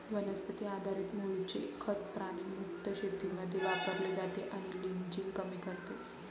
वनस्पती आधारित मूळचे खत प्राणी मुक्त शेतीमध्ये वापरले जाते आणि लिचिंग कमी करते